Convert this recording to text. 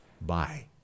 Bye